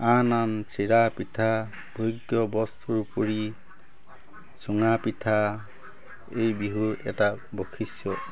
আন আন চিৰা পিঠা ভোগ্য বস্তুৰ উপৰি চুঙাপিঠা এই বিহুৰ এটা বৈশিষ্ট্য